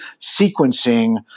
sequencing